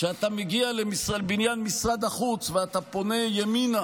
כשאתה מגיע לבניין משרד החוץ ואתה פונה ימינה